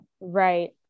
Right